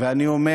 ואני אומר: